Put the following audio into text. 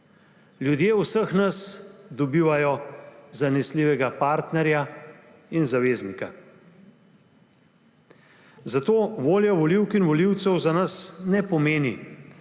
Ljudje v vseh nas dobivajo zanesljivega partnerja in zaveznika. Zato volja volivk in volivcev za nas ne pomeni